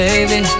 Baby